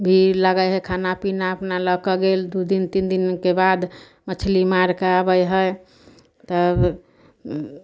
भी लगै हइ खाना पीना अपना लऽ कऽ गेल दू दिन तीन दिनके बाद मछली मारि कऽ आबै हइ तब